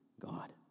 God